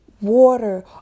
water